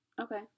okay